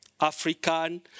African